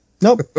Nope